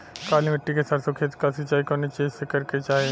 काली मिट्टी के सरसों के खेत क सिंचाई कवने चीज़से करेके चाही?